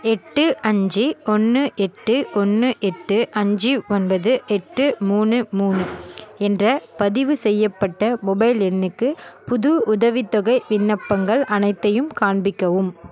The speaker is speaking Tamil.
எட்டு அஞ்சு ஒன்று எட்டு ஒன்று எட்டு அஞ்சு ஒன்பது எட்டு மூணு மூணு என்ற பதிவுசெய்யப்பட்ட மொபைல் எண்ணுக்கு புது உதவித்தொகை விண்ணப்பங்கள் அனைத்தையும் காண்பிக்கவும்